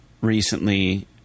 recently